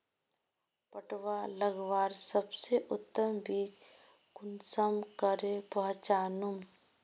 पटुआ लगवार सबसे उत्तम बीज कुंसम करे पहचानूम?